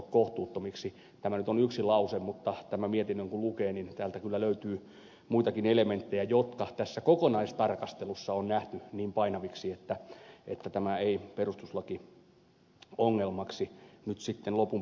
tämä nyt on yksi lause mutta tämän mietinnön kun lukee niin täältä kyllä löytyy muitakin elementtejä jotka tässä kokonaistarkastelussa on nähty niin painaviksi että tämä ei perustuslakiongelmaksi nyt sitten lopun perin muodostu